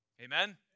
Amen